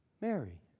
Mary